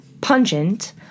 pungent